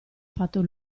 fatto